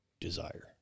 desire